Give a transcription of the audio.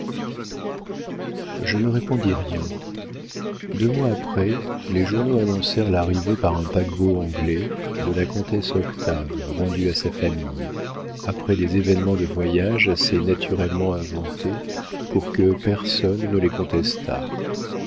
je ne répondis rien deux mois après les journaux annoncèrent l'arrivée par un paquebot anglais de la comtesse octave rendue à sa famille après des événements de voyage assez naturellement inventés pour que personne ne les contestât